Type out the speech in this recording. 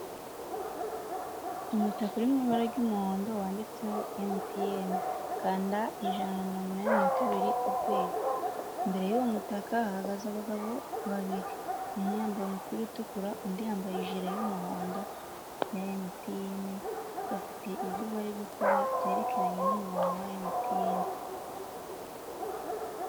Umutaka uri mu ibara ry'umuhondo wanditseho Emutiyene kanda ijana na mirongo inani na kabiri urwego, imbere y'uwo mutaka hahagaze abagabo babiri umwe yambaye umupira utukura, undi yambaye ijire y'umuhondo ya Emutiyene, bafite ibyo bari gukora byerekeranye n'umurongo wa Emutiyene.